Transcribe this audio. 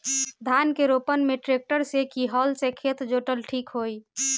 धान के रोपन मे ट्रेक्टर से की हल से खेत जोतल ठीक होई?